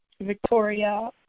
Victoria